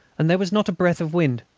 and there was not a breath of wind.